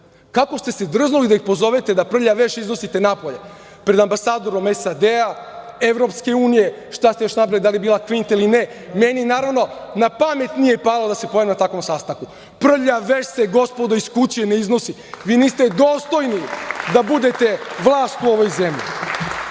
Kako ste se drznuli da ih pozovete, da prljav veš iznosite napolje pred ambasadorom SAD, EU, šta ste još nabrojali, da li je bila Kvinta ili ne, meni naravno na pamet nije palo da se pojavim na takvom sastanku. Prljav veš se, gospodo, iz kuće ne iznosi. Vi niste dostojni da budete vlast u ovoj zemlji. Jesu,